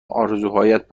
آرزوهایت